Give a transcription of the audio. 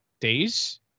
days